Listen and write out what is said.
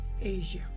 Asia